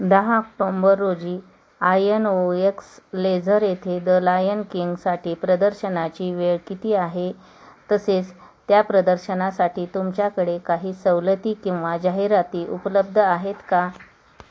दहा ऑक्टोंबर रोजी INOX leisure येथे द लायन किंगसाठी प्रदर्शनाची वेळ किती आहे तसेच त्या प्रदर्शनासाठी तुमच्याकडे काही सवलती किंवा जाहिराती उपलब्ध आहेत का